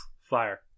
Fire